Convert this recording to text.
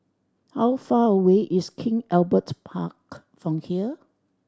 how far away is King Albert Park from here